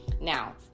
Now